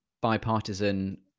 bipartisan